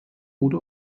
wurde